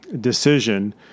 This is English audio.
decision